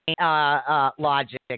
logic